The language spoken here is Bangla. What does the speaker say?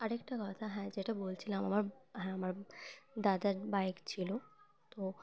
আরেকটা কথা হ্যাঁ যেটা বলছিলাম আমার হ্যাঁ আমার দাদার বাইক ছিলো তো